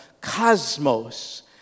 cosmos